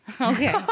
Okay